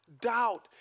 doubt